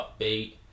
upbeat